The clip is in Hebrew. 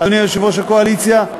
אדוני יושב-ראש הקואליציה,